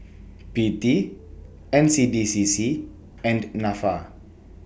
P T N C D C C and Nafa